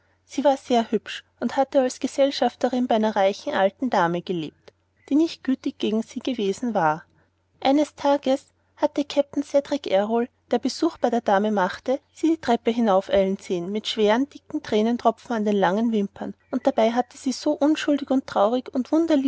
sie war sehr hübsch und hatte als gesellschafterin bei einer reichen alten frau gelebt die nicht gütig gegen sie gewesen war eines tages hatte kapitän cedrik errol der besuch bei der dame machte sie die treppe hinaufeilen sehen mit schweren dicken thränentropfen an den langen wimpern und dabei hatte sie so unschuldig und traurig und